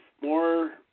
more